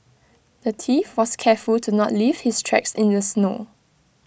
the thief was careful to not leave his tracks in the snow